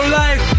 life